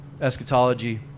eschatology